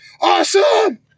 Awesome